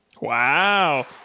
Wow